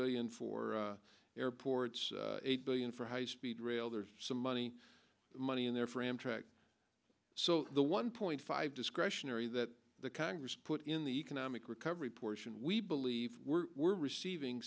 billion for airports eight billion for high speed rail there's some money money in there for amtrak the one point five discretionary that the congress put in the economic recovery portion we believe we're receiving